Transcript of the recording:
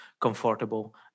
comfortable